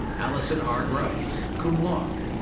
alyson r. griese, cum laude.